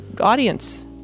audience